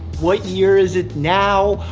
what year is it now,